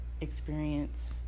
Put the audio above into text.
experience